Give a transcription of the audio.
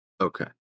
Okay